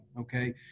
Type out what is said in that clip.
okay